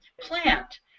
plant